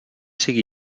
sigui